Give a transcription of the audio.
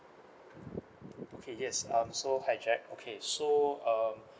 okay yes um so hi jack okay so um